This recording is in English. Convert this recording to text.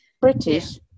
British